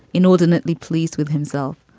inordinately pleased with himself.